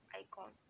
icon